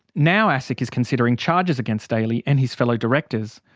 now asic is considering charges against daly and his fellow directors.